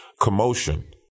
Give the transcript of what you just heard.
commotion